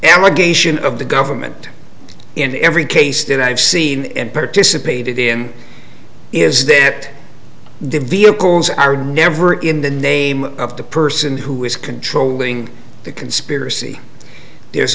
allegation of the government in every case that i've seen and participated in is that the vehicles are never in the name of the person who is controlling the conspiracy there's